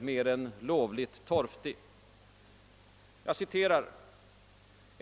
mer än lovligt torftig.